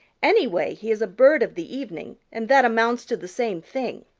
anyway, he is a bird of the evening, and that amounts to the same thing.